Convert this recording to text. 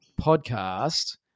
podcast